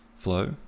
flow